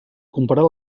comparar